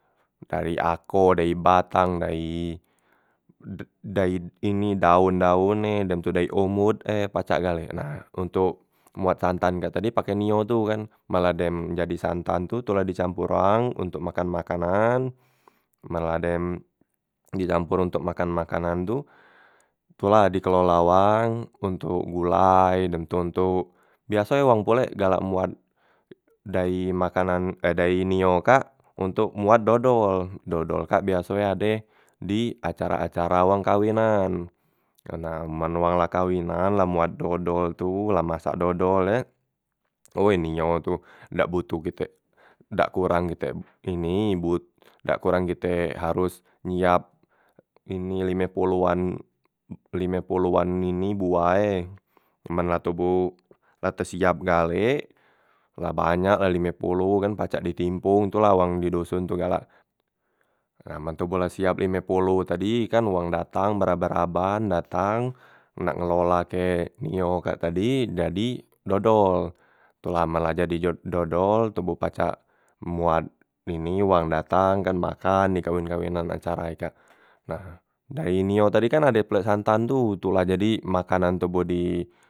Dayi akor, dayi batang, dayi de dayi ini daun- daun e, dem tu dayi omot e pacak gale, nah ontok moat santan kak tadi pake nio tu kan, men la dem jadi santan tu tu la dicampor wang ontok makan makanan, men la dem dicampor ontok makan makanan tu tu la dikelola wang ontok gulai dem tu ontok biaso e wong pulek galak moat dayi makanan a dayi nio kak ontok moat dodol, dodol kak biaso e ade di acara- acara wong kawinan, nah men wang la kawinan la moat dodol tu la masak dodol e oy nio tu dak botoh kitek dak kurang kitek ini but dak kurang kitek haros nyiap ini lime poloan lime poloan ini boah e, men la toboh la te siap galek la banyak la lime poloh kan pacak ditimpong tu la wong tu di doson galak, nah men la toboh siap lime poloh tadi ye kan wong datang beraban- raban datang nak ngelola ke nio kak tadi jadi dodol, tu la men la jadi jo dodol toboh pacak moat ini wang datang kan makan di kawin- kawinan acara e kak. Nah dari nio tadi e kan ade pulek santan tu, tu la jadi makanan toboh di.